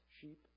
sheep